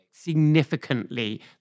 Significantly